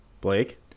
blake